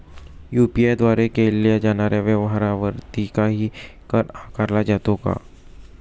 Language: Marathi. यु.पी.आय द्वारे केल्या जाणाऱ्या व्यवहारावरती काही कर आकारला जातो का?